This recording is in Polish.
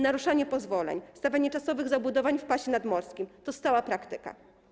Naruszanie pozwoleń, stawianie czasowych zabudowań w pasie nadmorskim to stała praktyka.